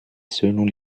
selon